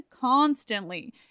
constantly